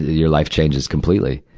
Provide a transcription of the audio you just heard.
your life changes completely.